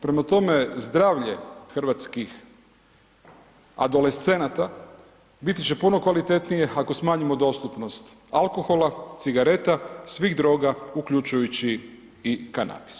Prema tome zdravlje hrvatskih adolescenata biti će puno kvalitetnije ako smanjimo dostupnost alkohola, cigareta svih droga uključujući i kanabis.